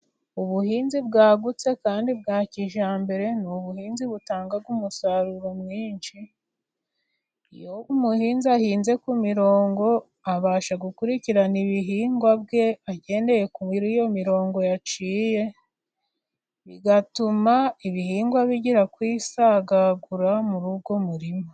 Ubuhinzi bwagutse kandi bwa kijyambere ni ubuhinzi butanga umusaruro mwinshi. Iyo umuhinza ahinze ku mirongo abasha gukurikirana ibihingwa bye agendeye kuri iyo mirongo yaciye, bigatuma ibihingwa bigira kwisagagura muri uwo murima.